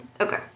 Okay